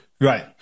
Right